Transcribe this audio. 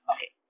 Okay